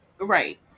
Right